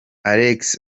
alex